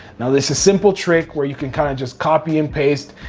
now, this is simple trick where you can kinda just copy and paste,